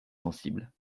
sensible